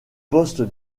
poste